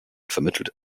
vermittelt